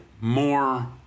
more